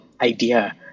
idea